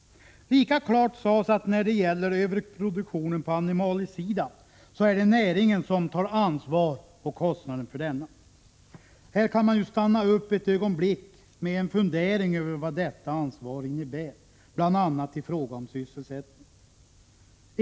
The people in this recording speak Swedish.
Lika klart sades det ifrån att det när det gäller överproduktionen på animaliesidan är näringen som svarar för kostnaden. Här kan man fundera ett tag över vad detta ansvar innebär, bl.a. i fråga om sysselsättning.